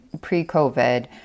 pre-COVID